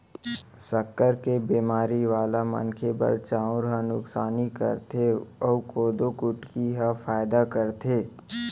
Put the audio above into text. सक्कर के बेमारी वाला मनखे बर चउर ह नुकसानी करथे अउ कोदो कुटकी ह फायदा करथे